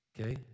Okay